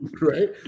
Right